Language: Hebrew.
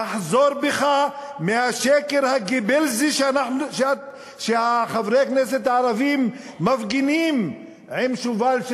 תחזור בך מהשקר הגבלסי שחברי הכנסת הערבים מפגינים עם שובל של